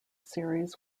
series